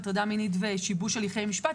הטרדה מינית ושיבוש הליכי משפט.